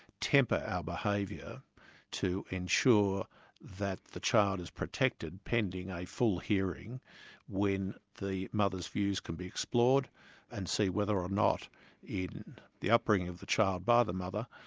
temper our behaviour to ensure that the child is protected, pending a full hearing when the mother's views can be explored and see whether or not in the upbringing of the child by the mother,